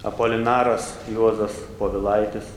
apolinaras juozas povilaitis